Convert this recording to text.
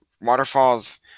waterfalls